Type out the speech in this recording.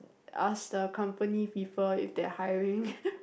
ask the company people if they are hiring